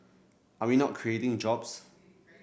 are we not creating jobs